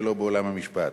ולא בעולם המשפט.